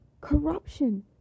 corruption